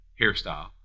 hairstyle